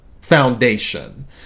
foundation